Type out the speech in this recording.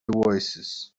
voicesand